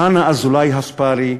חנה אזולאי-הספרי,